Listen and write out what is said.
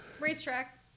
Racetrack